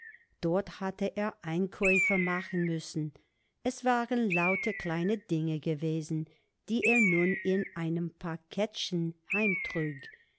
dort hatte er einkäufe machen müssen es waren lauter kleine dinge gewesen die er nun in einem